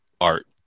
art